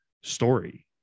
story